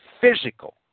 physical